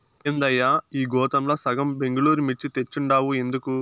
ఏందయ్యా ఈ గోతాంల సగం బెంగళూరు మిర్చి తెచ్చుండావు ఎందుకు